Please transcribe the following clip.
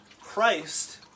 Christ